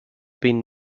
been